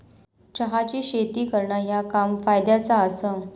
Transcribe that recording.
चहाची शेती करणा ह्या काम फायद्याचा आसा